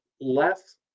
less